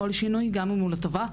כל שינוי גם אם הוא לטובה,